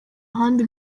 ahandi